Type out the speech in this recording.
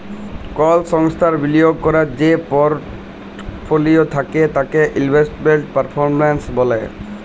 call সংস্থার বিলিয়গ ক্যরার যে পরটফলিও থ্যাকে তাকে ইলভেস্টমেল্ট পারফরম্যালস ব্যলে